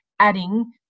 adding